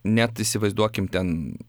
net įsivaizduokim ten